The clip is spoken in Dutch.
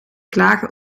klagen